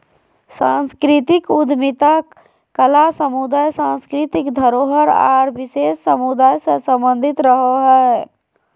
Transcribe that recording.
सांस्कृतिक उद्यमिता कला समुदाय, सांस्कृतिक धरोहर आर विशेष समुदाय से सम्बंधित रहो हय